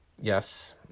Yes